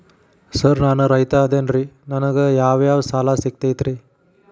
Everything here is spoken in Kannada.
ಸರ್ ನಾನು ರೈತ ಅದೆನ್ರಿ ನನಗ ಯಾವ್ ಯಾವ್ ಸಾಲಾ ಸಿಗ್ತೈತ್ರಿ?